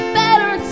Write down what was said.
better